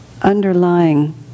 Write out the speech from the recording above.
underlying